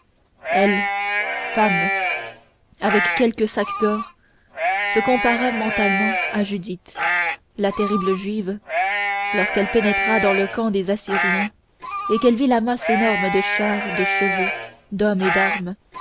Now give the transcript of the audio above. elle femme avec quelques sacs d'or se compara mentalement à judith la terrible juive lorsqu'elle pénétra dans le camp des assyriens et qu'elle vit la masse énorme de chars de chevaux d'hommes et d'armes